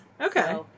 Okay